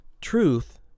Truth